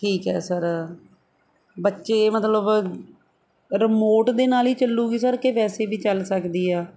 ਠੀਕ ਹੈ ਸਰ ਬੱਚੇ ਮਤਲਬ ਰਿਮੋਟ ਦੇ ਨਾਲ ਹੀ ਚੱਲੂਗੀ ਸਰ ਕਿ ਵੈਸੇ ਵੀ ਚੱਲ ਸਕਦੀ ਆ